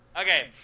Okay